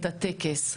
את הטקס,